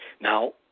Now